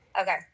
Okay